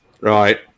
right